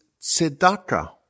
tzedakah